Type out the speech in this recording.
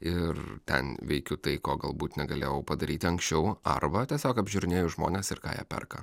ir ten veikiu tai ko galbūt negalėjau padaryti anksčiau arba tiesiog apžiūrinėju žmones ir ką jie perka